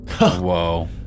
Whoa